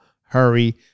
hurry